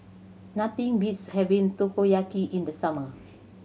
nothing beats having Takoyaki in the summer